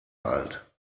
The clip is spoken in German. alt